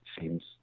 seems